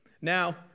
Now